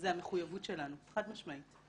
זה המחויבות שלנו, חד משמעית.